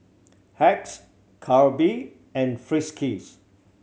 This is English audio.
Hacks Calbee and Friskies